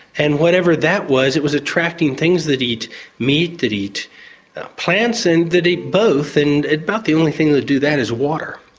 and whatever that was, it was attracting things that eat meat, that eat plants and that eat both, and about the only thing that does that is water.